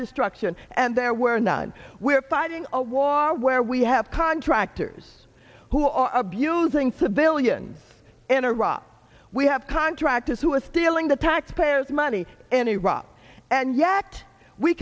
destruction and there were none we're fighting a war where we have contractors who are abusing civilians in iraq we have contractors who are stealing the taxpayers money in iraq and yet we